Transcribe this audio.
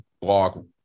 blog